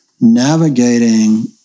navigating